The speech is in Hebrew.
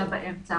אלא באמצע